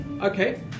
Okay